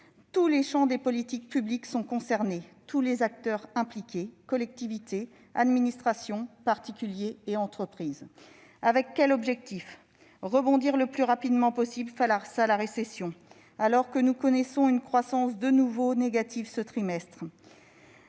Tous les champs des politiques publiques sont concernés, tous les acteurs impliqués : collectivités, administrations, particuliers et entreprises. L'objectif est de rebondir le plus rapidement possible dans un contexte de récession. Alors que nous connaissons une croissance de nouveau négative ce trimestre,